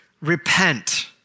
Repent